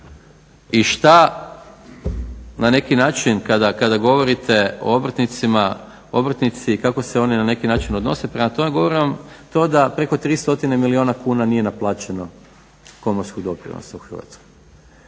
i šta na neki način kada govorite o obrtnicima, obrtnici kako se oni na neki način odnose prema tome govorim vam to da preko 3 stotine milijuna kuna nije naplaćeno komorskog doprinosa u Hrvatskoj.